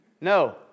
No